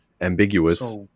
ambiguous